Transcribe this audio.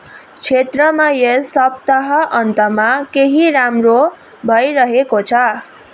क्षेत्रमा यस सप्ताहन्तमा केहि राम्रो भइरहेको छ